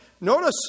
Notice